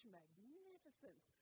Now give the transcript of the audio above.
magnificence